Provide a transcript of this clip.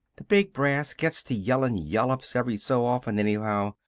the big brass gets the yellin' yollups every so often anyhow.